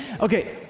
Okay